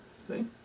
See